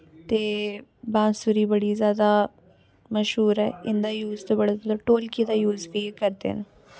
ते बांसूरी बड़ी जादा मशबूर ऐ इंदा जूस बड़ा जादा ढोलकी दा जूस बी करदे न